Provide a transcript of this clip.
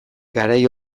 garai